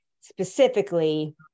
specifically